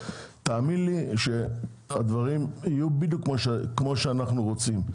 תאמין לי שהדברים יהיו בדיוק כמו שאנחנו רוצים.